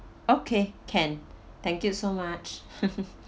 okay can thank you so much